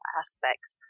aspects